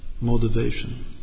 motivation